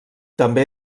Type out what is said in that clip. també